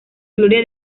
gloria